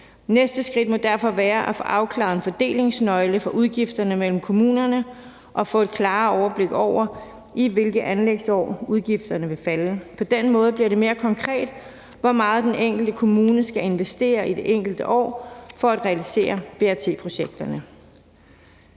Næste skridt må derfor være at få afklaret en fordelingsnøgle for udgifterne mellem kommunerne og få et klarere overblik over, i hvilke anlægsår udgifterne vil falde. På den måde bliver det mere konkret, hvor meget den enkelte kommune skal investere i det enkelte år for at realisere BRT-projekterne.